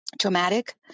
traumatic